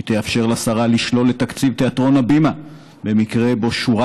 הוא יאפשר לשרה לשלול את תקציב תיאטרון הבימה במקרה ששורה